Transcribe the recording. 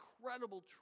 incredible